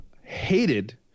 Hated